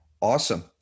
Awesome